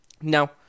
Now